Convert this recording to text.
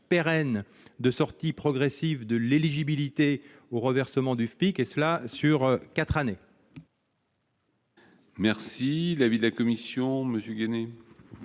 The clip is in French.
pérenne de sortie progressive de l'éligibilité au reversement du FPIC, et ce sur quatre années. Quel est l'avis de la commission ? Cet